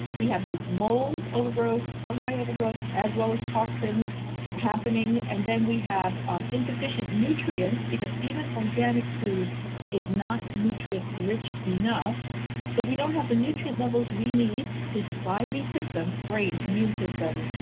we have this mold overgrowth, of fungi overgrowth, as well as toxin happening. and then we have um insufficient nutrients because even organic food is not nutrient rich enough so we don't have the nutrient levels we need to supply these systems, brain, immune system,